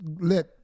let